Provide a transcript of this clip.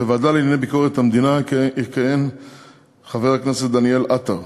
בוועדה לענייני ביקורת המדינה יכהן חבר הכנסת דניאל עטר,